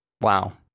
Wow